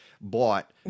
bought